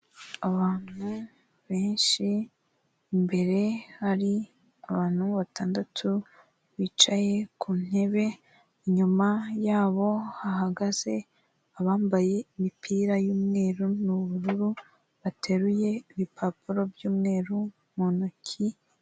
Abantu benshi imbere hari abantu batandatu bicaye ku ntebe, inyuma yabo hahagaze abambaye imipira y'umweru n'ubururu bateruye ibipapuro by'umweru mu ntoki.